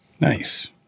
Nice